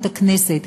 את הכנסת.